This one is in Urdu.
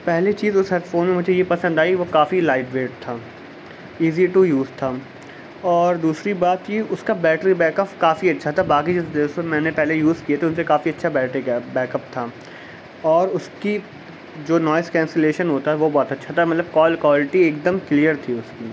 پہلی چیز اس ہیڈ فون میں مجھے یہ پسند آئی وہ کافی لائف ویٹ تھا ایزی ٹو یوز تھا اور دوسری بات تھی اس کا بیٹری بیک اپ کافی اچھا تھا باقی جیسے میں نے پہلے یوز کیے تھے ان سے کافی اچھا بیٹری کے بیک اپ تھا اور اس کی جو نوائس کینسلیشن ہوتا ہے وہ بہت اچھا تھا مطلب کال کوالٹی ایک دم کلیئر تھی اس کی